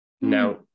Now